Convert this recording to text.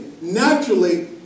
Naturally